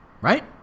right